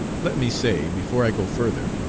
let me say, before i go further,